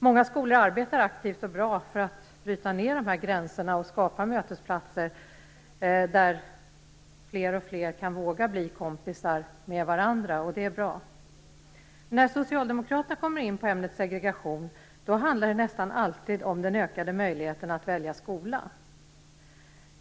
Många skolor arbetar aktivt och bra för att bryta ned dessa gränser och skapa mötesplatser där fler och fler kan våga bli kompisar med varandra, och det är bra. När Socialdemokraterna kommer in på ämnet segregation handlar det nästan alltid om den ökade möjligheten att välja skola.